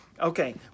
Okay